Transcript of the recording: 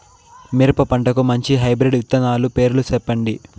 మిరప పంటకు మంచి హైబ్రిడ్ విత్తనాలు పేర్లు సెప్పండి?